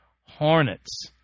Hornets